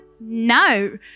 no